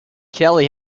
kelly